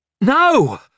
No